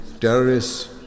terrorists